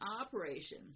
operation